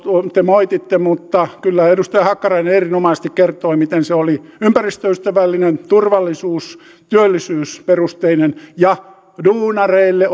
te moititte mutta kyllä edustaja hakkarainen erinomaisesti kertoi miten se oli ympäristöystävällinen turvallisuus työllisyysperusteinen ja duunareille